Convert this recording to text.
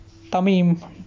Tamim